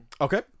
Okay